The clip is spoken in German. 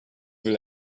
will